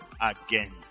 again